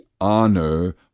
honor